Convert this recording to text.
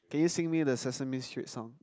can you sing me the Sesame Street song